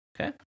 Okay